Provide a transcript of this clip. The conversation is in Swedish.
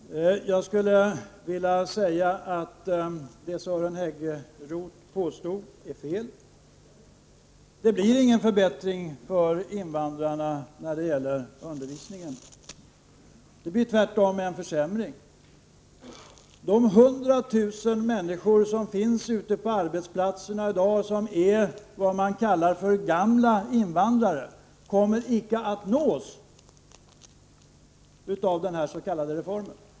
Herr talman! Jag skulle vilja säga att det som Sören Häggroth påstod är fel. Det blir ingen förbättring för invandrarna när det gäller undervisningen. Det blir tvärtom en försämring. De 100 000 människor som finns ute på arbetsplatserna i dag och som är vad man kallar gamla invandrare kommer icke att nås av denna s.k. reform.